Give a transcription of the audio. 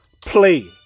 play